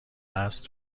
الاصل